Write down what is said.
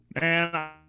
man